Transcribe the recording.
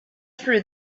through